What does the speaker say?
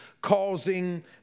causing